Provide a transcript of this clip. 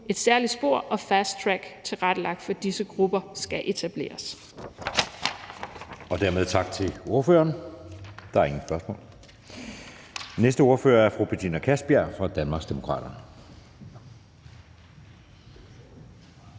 et særligt spor og fast track tilrettelagt for disse grupper skal etableres.«